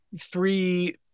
three